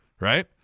Right